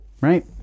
Right